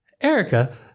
Erica